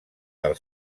del